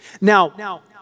Now